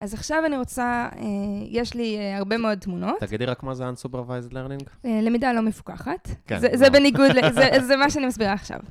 אז עכשיו אני רוצה, יש לי הרבה מאוד תמונות. תגידי רק מה זה Unsupervised Learning. למידה לא מפוקחת. זה בניגוד, זה מה שאני מסבירה עכשיו.